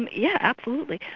and yeah absolutely.